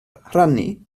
rhannu